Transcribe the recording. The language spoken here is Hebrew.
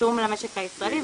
עצום למשק הישראלי.